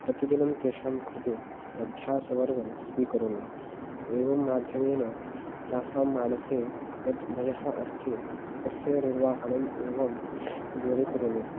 प्रतिदिनं तेषां कृते अभ्यासवर्गं स्वीकरोमि एवं माध्यमेन तासां मानसे यत् भयम् अस्ति तस्य निर्वाहणम् एवं दूरीकरोमि